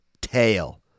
Tail